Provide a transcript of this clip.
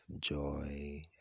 joy